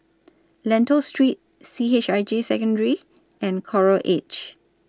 Lentor Street C H I J Secondary and Coral Edge